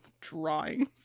drawing